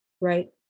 right